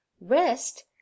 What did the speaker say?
Rest